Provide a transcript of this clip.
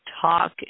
talk